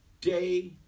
Day